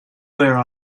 where